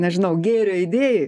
nežinau gėrio idėjai